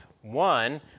One